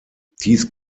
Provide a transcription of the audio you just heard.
dies